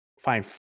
fine